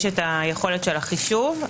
יש יכולת החישוב.